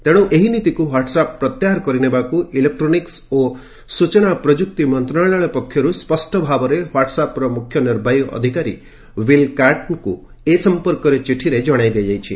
ତେଣୁ ଏହି ନୀତିକୁ ହ୍ୱାଟ୍ସଆପ୍ ପ୍ରତ୍ୟାହାର କରିନେବାକୁ ଇଲେକ୍ଟ୍ରୋନିକ୍ନ ଓ ସୂଚନା ପ୍ରଯୁକ୍ତି ମନ୍ତ୍ରଣାଳୟ ପକ୍ଷରୁ ସ୍ୱଷ୍ଟ ଭାବରେ ହ୍ୱାଟ୍ସଆପ୍ର ମୁଖ୍ୟ ନିର୍ବାହୀ ଅଧିକାରୀ ୱିବଲ୍ କାଟ୍ଙ୍କୁ ଏ ସଂପର୍କରେ ଚିଠିରେ ଜଣାଇ ଦିଆଯାଇଛି